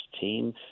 team